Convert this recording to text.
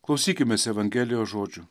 klausykimės evangelijos žodžių